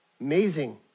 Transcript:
amazing